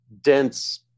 dense